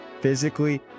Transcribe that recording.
physically